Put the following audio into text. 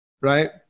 right